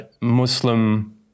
Muslim